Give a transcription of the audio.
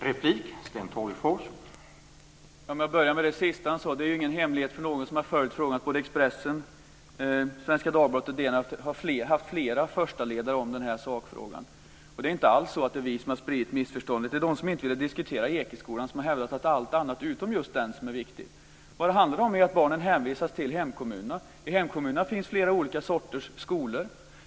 Herr talman! För att börja med det sista vill jag säga att det inte är en hemlighet för någon som har följt frågan att Expressen, Svenska Dagbladet och Dagens Nyheter har haft flera förstaledare i sakfrågan. Det är inte alls så att vi har spritt missförståndet. Det är de som inte har velat diskutera Ekeskolan som har hävdat att allt annat än just den är viktigt. Vad det handlar om är att barnen hänvisas till hemkommunerna. I dessa finns det flera sorters skolor.